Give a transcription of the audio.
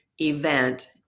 event